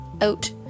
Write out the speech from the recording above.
out